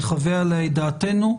נחווה עליה את דעתנו,